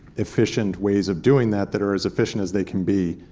efficient ways of doing that that are as efficient as they can be.